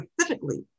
specifically